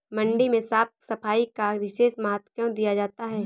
मंडी में साफ सफाई का विशेष महत्व क्यो दिया जाता है?